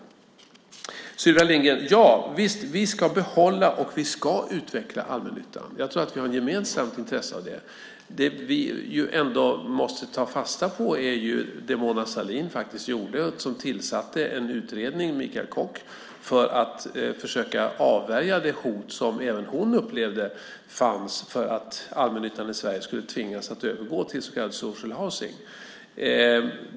Sylvia Lindgren! Ja visst, vi ska behålla och utveckla allmännyttan. Jag tror att vi har ett gemensamt intresse av det. Det vi ändå måste ta fasta på är det som Mona Sahlin faktiskt gjorde. Hon tillsatte en utredning, Michaël Koch, för att försöka avvärja det hot som även hon upplevde fanns, att allmännyttan i Sverige skulle tvingas att övergå till så kallad social housing .